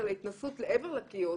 על ההתנסות מעבר לקיוסק,